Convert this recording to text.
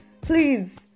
Please